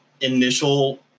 initial